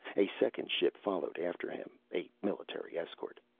a second ship followed after him, a military escort.